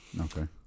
Okay